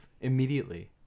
immediately